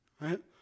right